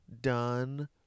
done